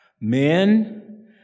Men